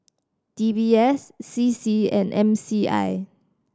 D B S C C and M C I